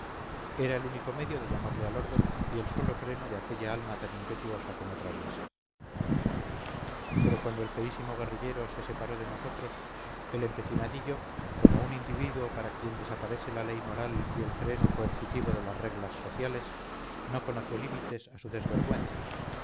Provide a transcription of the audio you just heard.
era el único medio de llamarle al orden y el solo freno de aquella alma tan impetuosa como traviesa pero cuando el feísimo guerrillero se separó de nosotros el empecinadillo como un individuo para quien desaparece la ley moral y el freno coercitivo de las reglas sociales no conoció límites a su desvergüenza